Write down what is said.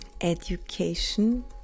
education